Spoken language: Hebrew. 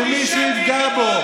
שמישהו יפגע בו.